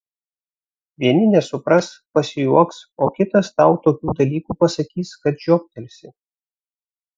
vieni nesupras pasijuoks o kitas tau tokių dalykų pasakys kad žioptelsi